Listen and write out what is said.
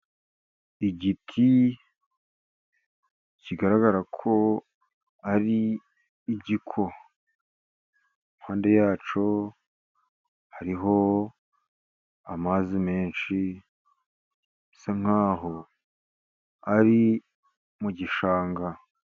Igiti kigaragara ko ari igiko, impande yacyo hariho amazi menshi bisa nk'aho ari mu gishanga.